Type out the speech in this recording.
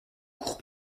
cours